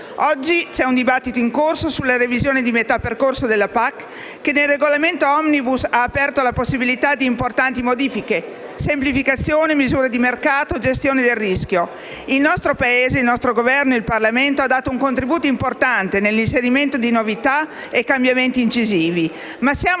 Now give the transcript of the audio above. Oggi c'è un dibattito in corso sulla revisione di metà percorso della PAC, che nel regolamento *omnibus* ha aperto alla possibilità di importanti modifiche: semplificazioni, misure di mercato, gestione del rischio. Il nostro Paese, il nostro Governo e il Parlamento hanno dato un contributo importante nell'inserimento di novità e di cambiamenti incisivi, ma siamo